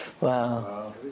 Wow